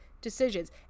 decisions